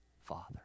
Father